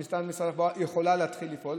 הרכבת מטעם משרד התחבורה יכולה להתחיל לפעול.